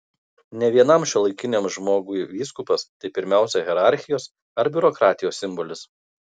ne vienam šiuolaikiniam žmogui vyskupas tai pirmiausia hierarchijos ar biurokratijos simbolis